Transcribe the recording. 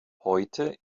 heute